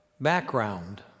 background